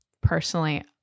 Personally